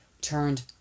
turned